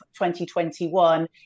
2021